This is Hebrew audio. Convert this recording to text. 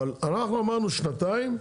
אבל אנחנו אמרנו שנתיים,